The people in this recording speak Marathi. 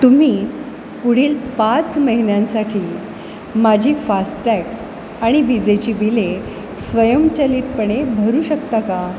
तुम्ही पुढील पाच महिन्यांसाठी माझी फास्टॅग आणि विजेची बिले स्वयंचलितपणे भरू शकता का